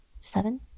seven